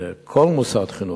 כל מוסד חינוכי.